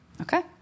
Okay